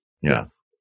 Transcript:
Yes